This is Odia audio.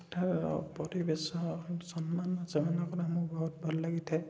ସେଠାର ପରିବେଶ ସମ୍ମାନ ସେମାନଙ୍କର ଆମକୁ ବହୁତ ଭଲ ଲାଗିଥାଏ